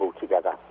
together